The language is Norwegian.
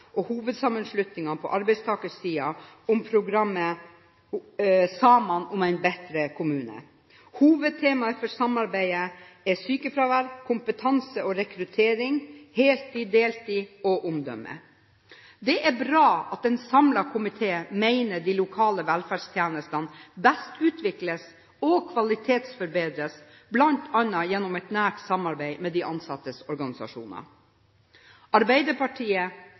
og hovedsammenslutningene på arbeidstakersiden om programmet «Saman om ein betre kommune». Hovedtemaene for samarbeidet er sykefravær, kompetanse og rekruttering, heltid/deltid og omdømme. Det er bra at en samlet komité mener at de lokale velferdstjenestene best utvikles og kvalitetsforbedres bl.a. gjennom et nært samarbeid med de ansattes organisasjoner. Arbeiderpartiet